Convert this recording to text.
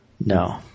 No